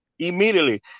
immediately